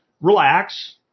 Relax